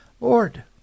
Lord